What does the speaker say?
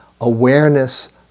awareness